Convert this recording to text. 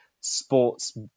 sports